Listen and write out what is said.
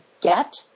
get